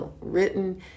written